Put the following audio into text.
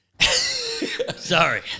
Sorry